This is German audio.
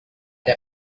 der